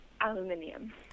Aluminium